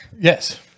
Yes